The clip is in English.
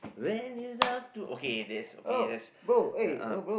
then it's up to okay that's okay that's uh uh